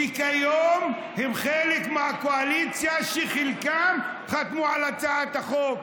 שכיום הם חלק מהקואליציה וחלקם חתמו על הצעת החוק.